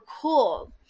cool